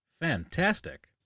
Fantastic